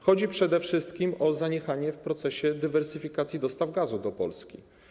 Chodzi przede wszystkim o zaniechania w procesie dywersyfikacji dostaw gazu do Polski.